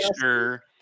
sure